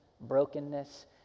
brokenness